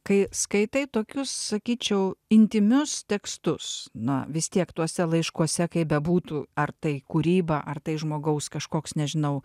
kai skaitai tokius sakyčiau intymius tekstus na vis tiek tuose laiškuose kaip bebūtų ar tai kūryba ar tai žmogaus kažkoks nežinau